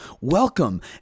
welcome